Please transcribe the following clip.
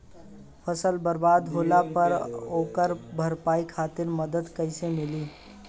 फसल बर्बाद होला पर ओकर भरपाई खातिर मदद कइसे मिली?